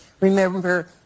Remember